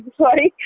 sorry